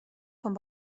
von